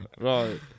Right